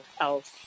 else